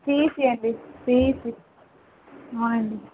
CEC అండి CEC అవునండి